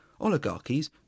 oligarchies